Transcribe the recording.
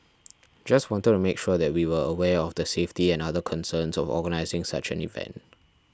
just wanted to make sure that we were aware of the safety and other concerns of organising such an event